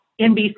NBC